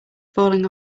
falling